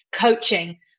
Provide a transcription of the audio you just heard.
coaching